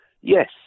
yes